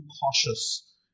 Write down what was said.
cautious